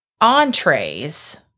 entrees